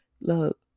Look